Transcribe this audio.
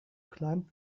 climbed